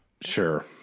Sure